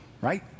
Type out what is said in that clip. right